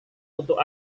untuk